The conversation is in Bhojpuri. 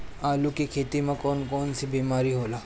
आलू की खेती में कौन कौन सी बीमारी होला?